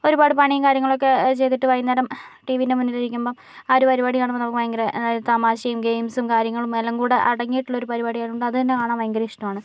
ഒരുപാട് പണിയും കാര്യങ്ങളൊക്കെ ചെയ്തിട്ട് വൈകുന്നേരം ടീവിൻ്റെ മുന്നിലിരിക്കുമ്പോൾ ആ ഒരു പരിപാടി കാണുമ്പോൾ നമുക്ക് ഭയങ്കര അതായത് തമാശയും ഗെയിംസും കാര്യങ്ങളും എല്ലാം കൂടെ അടങ്ങിയിട്ടുള്ളൊരു പരിപാടി ആയത് കൊണ്ട് അത് തന്നെ കാണാൻ ഭയങ്കര ഇഷ്ടമാണ്